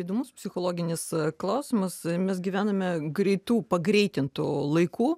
įdomus psichologinis klausimas mes gyvename greitu pagreitintu laiku